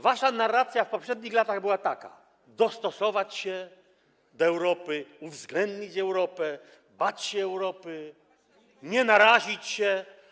Wasza narracja w poprzednich latach była taka: dostosować się do Europy, uwzględnić Europę, bać się Europy, nie narazić się.